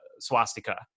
swastika